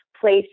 place